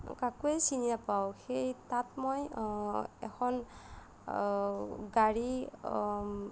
কাকোৱে চিনি নাপাওঁ সেই তাত মই এখন গাড়ী